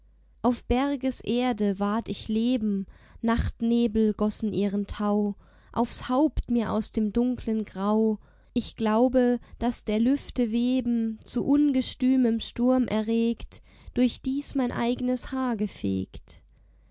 auf bergeserde ward ich leben nachtnebel gossen ihren tau aufs haupt mir aus dem dunklen grau ich glaube daß der lüfte weben zu ungestümem sturm erregt durch dies mein eignes haar gefegt